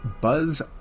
buzz